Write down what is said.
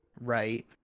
right